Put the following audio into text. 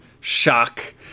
shock